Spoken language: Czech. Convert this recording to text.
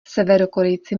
severokorejci